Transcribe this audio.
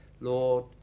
Lord